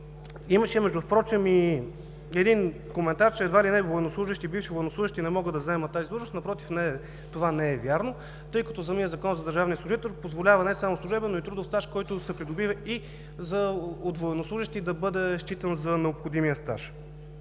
Имаше коментар, че едва ли не бивши военнослужещи не могат да заемат тази длъжност. Напротив, това не е вярно, тъй като самият Закон за държавния служител позволява не само служебен, но и трудов стаж, който се придобива и от военнослужещи, да бъде считан за необходимия стаж.